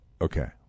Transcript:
Okay